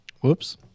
Whoops